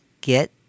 get